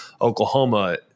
Oklahoma